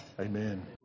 Amen